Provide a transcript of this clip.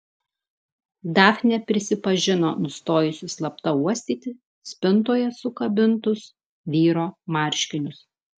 dafnė prisipažino nustojusi slapta uostyti spintoje sukabintus vyro marškinius